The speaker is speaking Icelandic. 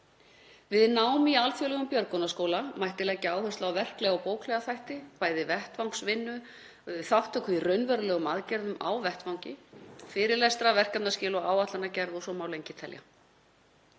Við nám í alþjóðlegum björgunarskóla mætti leggja áherslu á verklega og bóklega þætti, bæði vettvangsvinnu, þátttöku í raunverulegum aðgerðum á vettvangi, fyrirlestra, verkefnaskil og áætlanagerð og svo má lengi telja.